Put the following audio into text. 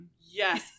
Yes